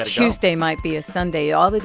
ah tuesday might be a sunday. all it